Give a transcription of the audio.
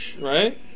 Right